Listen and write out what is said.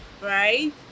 right